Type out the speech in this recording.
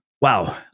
wow